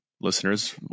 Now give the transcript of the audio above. listeners